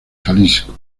jalisco